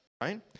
right